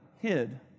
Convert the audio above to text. hid